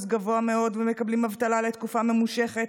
גבוה מאוד ומקבלים אבטלה לתקופה ממושכת,